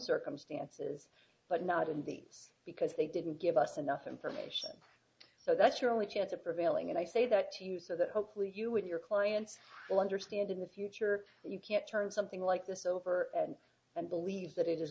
circumstances but not in the us because they didn't give us enough information so that's your only chance of prevailing and i say that to you so that hopefully you and your clients will understand in the future that you can't turn something like this over and and believe that it is